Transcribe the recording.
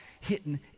hitting